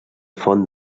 font